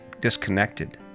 disconnected